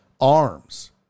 arms